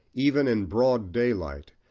even in broad daylight,